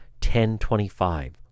1025